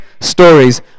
stories